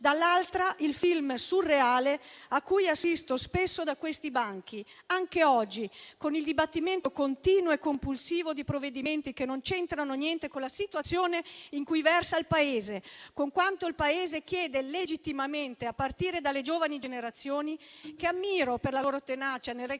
Dall'altra, c'è il film surreale cui assisto spesso da questi banchi; anche oggi, con il dibattimento continuo e compulsivo di provvedimenti che non c'entrano niente con la situazione in cui versa il Paese e con quanto esso legittimamente chiede, a partire dalle giovani generazioni, che ammiro per la tenacia nel reclamare,